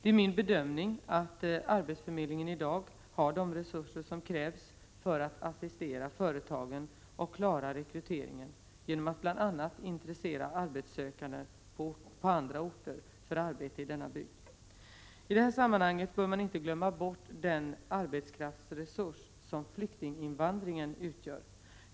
Det är min bedömning att arbetsförmedlingen i dag har de resurser som krävs för att assistera företagen och klara rekryteringen genom att bl.a. intressera arbetssökande på andra orter för arbete i denna bygd. I detta sammanhang bör man inte glömma bort den arbetskraftsresurs som flyktinginvandringen skapar.